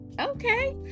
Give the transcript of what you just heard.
Okay